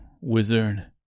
wizard